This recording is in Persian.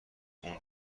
اون